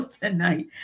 tonight